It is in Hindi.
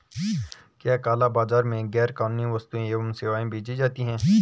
क्या काला बाजार में गैर कानूनी वस्तुएँ एवं सेवाएं बेची जाती हैं?